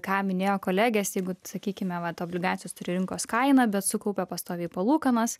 ką minėjo kolegės jeigu sakykime vat obligacijos turi rinkos kainą bet sukaupia pastoviai palūkanas